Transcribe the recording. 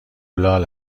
لال